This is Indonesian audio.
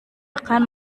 akan